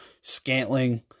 Scantling